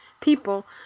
people